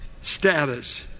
status